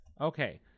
Okay